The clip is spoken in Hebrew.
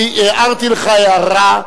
אני הערתי לך הערה,